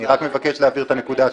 אני רק מבקש להבהיר את הנקודה שלי.